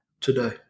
today